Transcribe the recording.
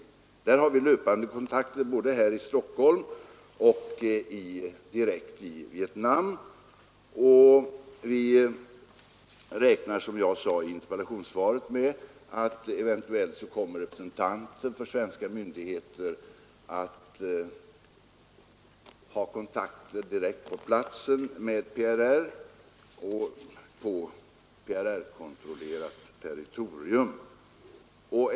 Där har vi löpande kontakter, både här i Stockholm och direkt i Vietnam, och som jag sade i interpellationssvaret räknar vi med att representanter för svenska myndigheter eventuellt kommer att ta kontakter direkt på platsen med PRR och på PRR-kontrollerat territorium.